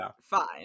fine